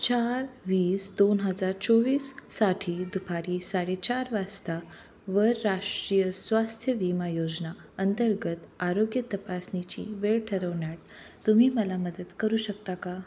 चार वीस दोन हजार चोवीससाठी दुपारी साडेचार वासता वर राष्ट्रीय स्वास्थ्य विमा योजना अंतर्गत आरोग्य तपासणीची वेळ ठरवण्यात तुम्ही मला मदत करू शकता का